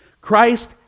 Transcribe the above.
Christ